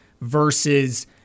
versus